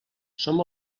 som